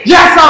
Yes